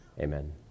Amen